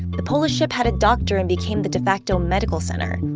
the polish ship had a doctor and became the de facto medical center.